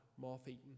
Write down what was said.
moth-eaten